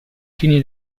fine